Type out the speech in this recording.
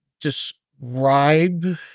describe